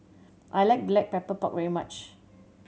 I like Black Pepper Pork very much